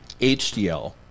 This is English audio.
HDL